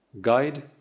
Guide